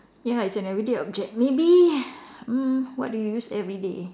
ya it's an everyday object maybe mm what do you use everyday